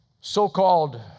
so-called